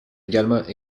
également